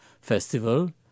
festival